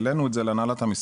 העלנו את זה להנהלת המשרד,